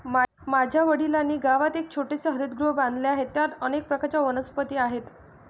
माझ्या वडिलांनी गावात एक छोटेसे हरितगृह बांधले आहे, त्यात अनेक प्रकारच्या वनस्पती आहेत